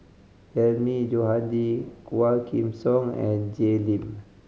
Hilmi Johandi Quah Kim Song and Jay Lim